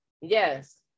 Yes